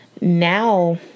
now